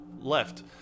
left